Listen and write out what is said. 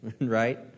Right